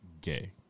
Gay